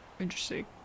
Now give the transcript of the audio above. interesting